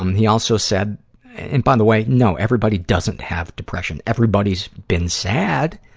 um he also said and, by the way, no, everybody doesn't have depression. everybody's been sad,